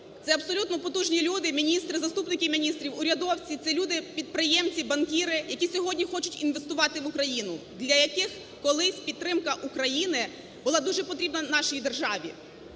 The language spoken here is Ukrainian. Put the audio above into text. це абсолютно потужні люди, міністри, заступники міністрів, урядовці. Це люди - підприємці і банкіри, які сьогодні хочуть інвестувати в Україну, для яких колись підтримка України була дуже потрібна нашій державі.